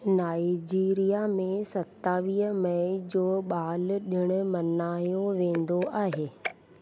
Nigeria में सतावीह मई जो बाल ॾिणु मल्हायो वेंदो आहे